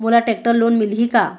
मोला tractor loan मिलही का?